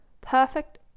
perfect